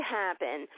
happen